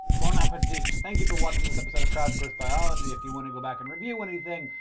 bon appetit! thank you for watching this episode of crash course biology. if you want to go back and review anything.